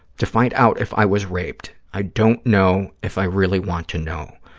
to find out if i was raped. i don't know if i really want to know.